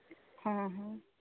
ହଁ